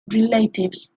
relatives